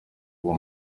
uwo